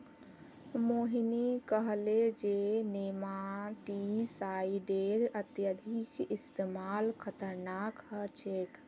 मोहिनी कहले जे नेमाटीसाइडेर अत्यधिक इस्तमाल खतरनाक ह छेक